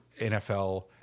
NFL